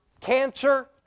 cancer